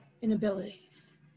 inabilities